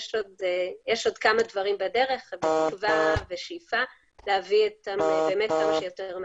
יש עוד כמה דברים בדרך ואנחנו בשאיפה להביא אותן כמה שיותר מהר.